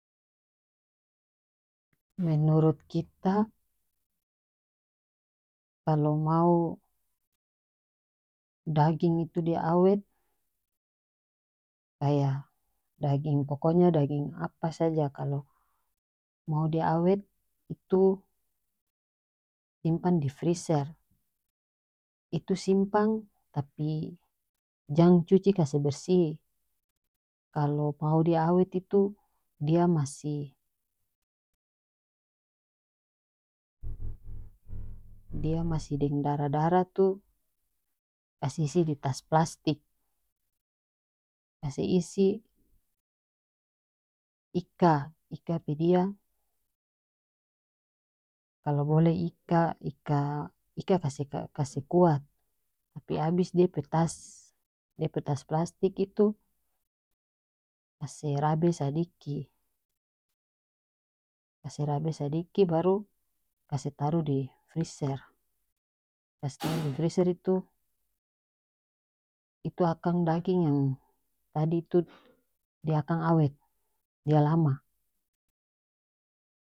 menurut kita kalo mau daging itu dia awet kaya daging pokoknya daging apa saja kalo mau dia awet itu simpan di friser itu simpan tapi jang cuci kase bersih kalo mau dia awet itu dia masih dia masih deng darah darah tu kase isi di tas plastik kase isi ika ika pe dia kalo boleh ika ika ika kase kase kuat tapi abis dia pe tas dia pe tas plastik itu kase rabe sadiki kase rabe sadiki baru kase taru di friser kase taru di friser itu itu akan daging yang tadi tu dia akan awet dia lama.